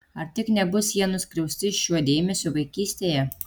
ar tik nebus jie nuskriausti šiuo dėmesiu vaikystėje